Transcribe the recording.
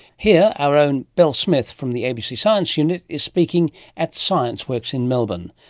here, our own bel smith from the abc science unit is speaking at scienceworks in melbourne.